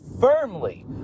firmly